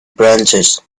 branches